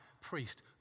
priest